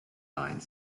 line